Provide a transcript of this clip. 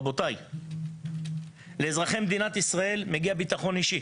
רבותי, לאזרחי מדינת ישראל מגיע ביטחון אישי,